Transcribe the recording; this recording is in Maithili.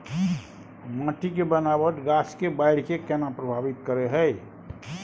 माटी के बनावट गाछ के बाइढ़ के केना प्रभावित करय हय?